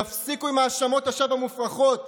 תפסיקו עם האשמות השווא המופרכות.